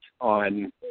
on